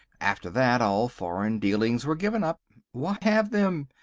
after that all foreign dealings were given up. why have them?